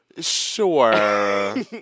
Sure